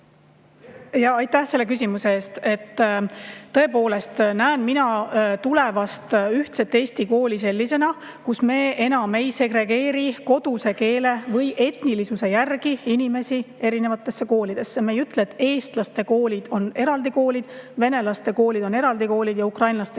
Aitäh selle küsimuse eest! Tõepoolest näen mina tulevast ühtset Eesti kooli sellisena, kus me enam ei segregeeri koduse keele või etnilisuse järgi inimesi erinevatesse koolidesse. Me ei ütle, et eestlaste koolid on eraldi koolid, venelaste koolid on eraldi koolid ja ukrainlaste koolid on eraldi koolid.